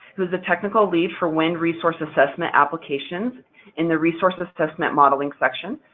who is the technical lead for wind resource assessment applications in the resource assessment modeling section,